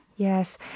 Yes